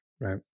right